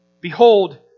Behold